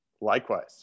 Likewise